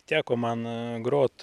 teko man grot